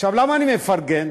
למה אני מפרגן?